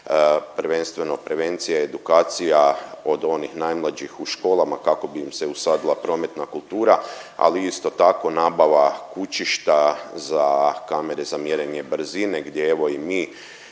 prvenstveno prevencija, edukacija od onih najmlađih u školama kako bi im se usadila prometna kultura, ali isto tako nabava kućišta za kamere za mjerenje brzine gdje evo i mi,